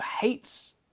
hates